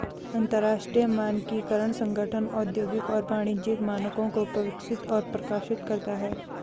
अंतरराष्ट्रीय मानकीकरण संगठन औद्योगिक और वाणिज्यिक मानकों को विकसित और प्रकाशित करता है